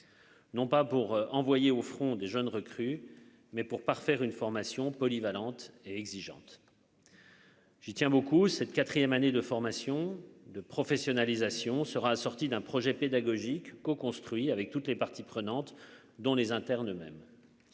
Non pas pour envoyer au front des jeunes recrues mais pour parfaire une formation polyvalente et exigeante. J'y tiens beaucoup cette 4ème année de formation et de professionnalisation sera assortie d'un projet pédagogique co-construit avec toutes les parties prenantes, dont les internes même.